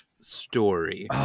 story